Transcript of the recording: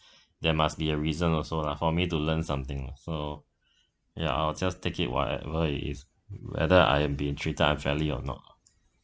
there must be a reason also lah for me to learn something so ya I'll just take it whatever it is whether I am being treated unfairly or not lah